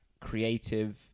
creative